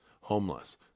Homeless